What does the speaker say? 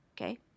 okay